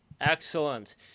Excellent